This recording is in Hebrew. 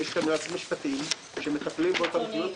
יש יועצים משפטיים שמטפלים באותן תביעות.